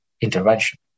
intervention